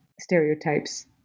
stereotypes